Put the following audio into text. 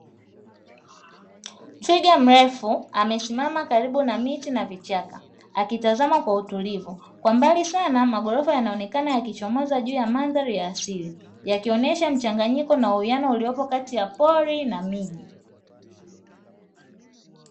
Twiga mrefu amesimama karibu na miti na vichaka, akitizama kwa utulivu kwa mbali sana maghorofa yanaonekana yakichomoza juu ya mandhari ya asili, yakionyesha mchanganyiko na uwiano uliopo kati ya pori na miji.